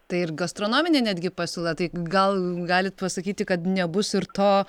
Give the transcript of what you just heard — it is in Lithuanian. tai ir gastronominė netgi pasiūla tai gal galit pasakyti kad nebus ir to